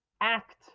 act